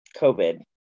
COVID